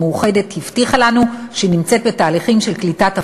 מאוחדת הבטיחה לנו שהיא נמצאת בתהליכים של קליטת הפורמולה.